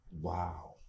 Wow